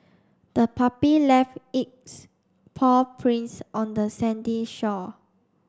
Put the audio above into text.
the puppy left its paw prints on the sandy shore